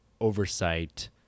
oversight